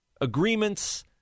agreements